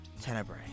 Tenebrae